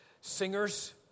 singers